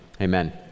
amen